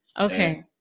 Okay